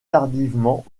tardivement